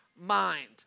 mind